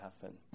happen